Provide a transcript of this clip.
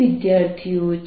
વિદ્યાર્થીઓ છે